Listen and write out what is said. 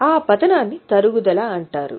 ఆ పతనాన్ని తరుగుదల అంటారు